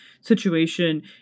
situation